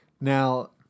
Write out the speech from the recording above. Now